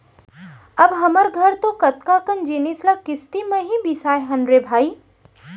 अब हमर घर तो कतका कन जिनिस ल किस्ती म ही बिसाए हन रे भई